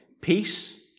peace